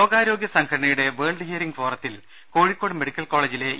ലോകാരോഗ്യ സംഘടനയുടെ world hearing ഫോറത്തിൽ കോഴിക്കോട് മെഡിക്കൽ കോളേജിലെ ഇ